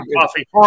coffee